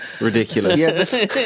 Ridiculous